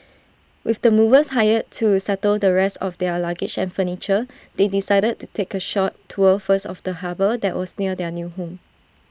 with the movers hired to settle the rest of their luggage and furniture they decided to take A short tour first of the harbour that was near their new home